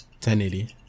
1080